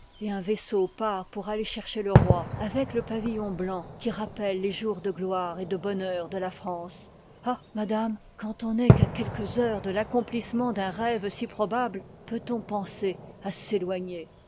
et un vaisseau paît pour aller chercher le roi avec le pa villon blanc qui rappelle les joui s de gloire et de bonheur de la france ahî madame quaml on n'est qu'à quelques heures de l'accomplissement d'un rêve si probable peut oii penser à s'éloigner